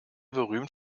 berühmt